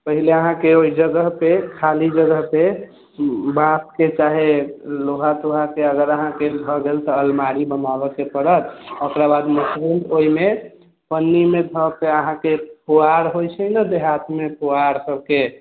पहिले अहाँकेँ ओहि जगह पे खाली जगह पे बाँसके चाहे लोहा तोहाके अगर अहाँकेँ भए गेल तऽ अलमारी बनाबऽके पड़त ओकरा बाद मशरूम ओहिमे पन्नीमे धऽ के अहाँकेँ पुआर होइत छै ने देहातमे पुआर सबकेँ अहाँकेँ